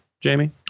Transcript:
Jamie